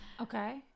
Okay